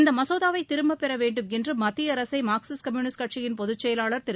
இந்த மசோதாவை திரும்பப் பெற வேண்டும் என்று மத்திய அரசை மார்க்சிஸ்ட் கம்யூனிஸ்ட் கட்சியின் பொதுச் செயலாளர் திரு